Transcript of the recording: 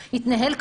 עסק התנהל כשורה,